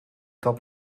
dat